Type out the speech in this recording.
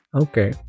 Okay